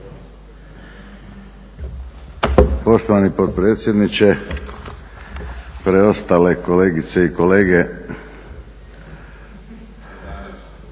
Poštovani potpredsjedniče, preostale kolegice i kolege,